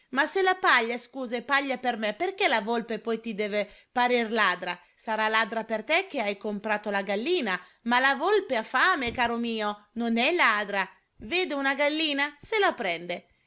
ma se la paglia scusa è paglia per me perché la volpe poi ti deve parer ladra sarà ladra per te che hai comprato la gallina ma la volpe ha fame caro mio non è ladra vede una gallina se la prende